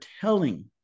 telling